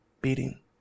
beating